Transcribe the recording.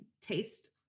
taste